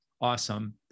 awesome